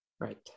Right